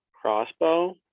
crossbow